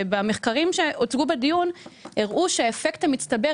המחקרים שהוצגו בדיון הראו שהאפקט המצטבר,